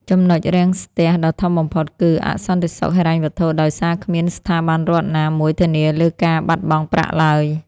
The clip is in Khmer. ចំណុចរាំងស្ទះដ៏ធំបំផុតគឺ "អសន្តិសុខហិរញ្ញវត្ថុ" ដោយសារគ្មានស្ថាប័នរដ្ឋណាមួយធានាលើការបាត់បង់ប្រាក់ឡើយ។